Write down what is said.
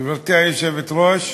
גברתי היושבת-ראש,